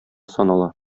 санала